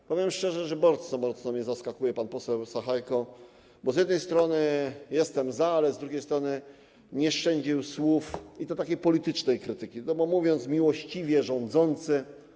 Hm, powiem szczerze, że bardzo mnie zaskakuje pan poseł Sachajko, bo z jednej strony jestem za, ale z drugiej strony nie szczędził słów i to takiej politycznej krytyki, bo mówił: miłościwie rządzący.